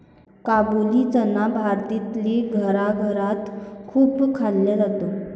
काबुली चना भारतातील घराघरात खूप खाल्ला जातो